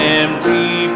empty